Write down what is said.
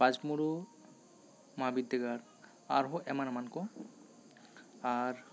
ᱯᱟᱸᱪ ᱢᱩᱬᱩ ᱢᱚᱦᱟ ᱵᱤᱫᱫᱟᱹᱜᱟᱲ ᱟᱨᱦᱚᱸ ᱮᱢᱟᱱ ᱮᱢᱟᱱ ᱠᱚ ᱟᱨ